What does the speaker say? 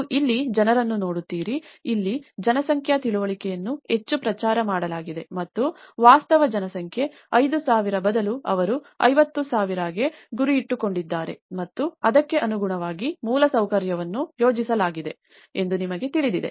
ನೀವು ಇಲ್ಲಿ ಜನರನ್ನು ನೋಡುತ್ತೀರಾ ಇಲ್ಲಿ ಜನಸಂಖ್ಯಾ ತಿಳುವಳಿಕೆಯನ್ನು ಹೆಚ್ಚು ಪ್ರಚಾರ ಮಾಡಲಾಗಿದೆ ಮತ್ತು ವಾಸ್ತವ ಜನಸಂಖ್ಯಾ 5೦೦೦ ಬದಲು ಅವರು 50000 ಗೆ ಗುರಿಯಿಟ್ಟುಕೊಂಡಿದ್ದಾರೆ ಮತ್ತು ಅದಕ್ಕೆ ಅನುಗುಣವಾಗಿ ಮೂಲಸೌಕರ್ಯವನ್ನು ಯೋಜಿಸಲಾಗಿದೆ ಎಂದು ನಿಮಗೆ ತಿಳಿದಿದೆ